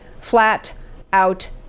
flat-out